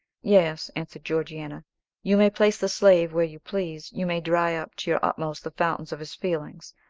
yes, answered georgiana you may place the slave where you please you may dry up to your utmost the fountains of his feelings,